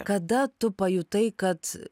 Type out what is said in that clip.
kada tu pajutai kad